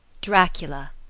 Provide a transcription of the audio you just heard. Dracula